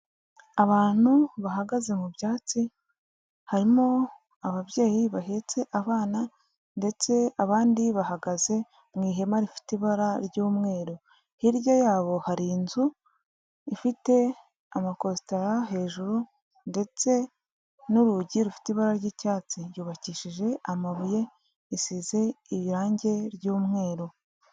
Abantu bahagaze mu byatsi, harimo ababyeyi bahetse abana, ndetse abandi bahagaze mu ihema rifite ibara ry'umweru, hirya yabo hari inzu ifite amakositara hejuru ndetse n'urugi rufite ibara ry'icyatsi, yubabakishije amabuye isize irangi ry'umweru.